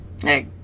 Hey